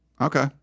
Okay